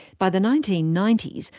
by the nineteen ninety s,